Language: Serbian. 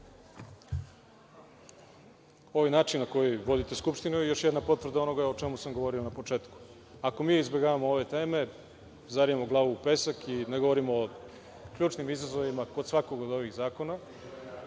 Ovaj način na koji vodite Skupštinu je još jedna potvrda onoga o čemu sam govorio na početku. Ako mi izbegavamo ove teme, zarijemo glavu u pesak i ne govorimo o ključnim izazovima kod svakog od ovih zakona,